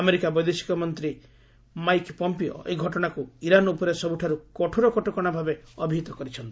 America ବୈଦେଶିକ ମନ୍ତ୍ରୀ Mike Pompeo ଏହି କଟକଶାକୁ ଇରାନ୍ ଉପରେ ସବୁଠାରୁ କଠୋର କଟକଶା ଭାବେ ଅଭିହିତ କରିଛନ୍ତି